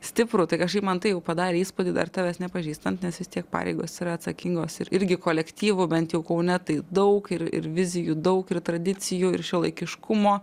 stipru tai kažkaip man tai jau padarė įspūdį dar tavęs nepažįstant nes vis tiek pareigos yra atsakingos ir irgi kolektyvų bent jau kaune tai daug ir ir vizijų daug ir tradicijų ir šiuolaikiškumo